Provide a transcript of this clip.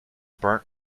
burnt